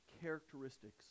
characteristics